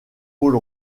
pôle